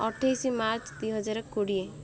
ଅଠେଇଶ ମାର୍ଚ୍ଚ ଦୁଇହଜାର କୋଡ଼ିଏ